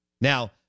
Now